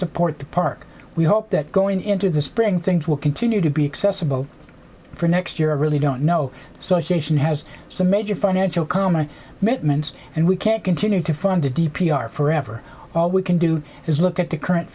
support the park we hope that going into the spring things will continue to be accessible for next year i really don't know so as nation has some major financial com i meant meant and we can't continue to fund the d p r forever all we can do is look at the current